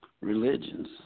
religions